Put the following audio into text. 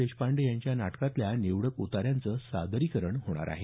देशपांडे यांच्या नाटकातल्या निवडक उताऱ्यांचं सादरीकरण होणार आहे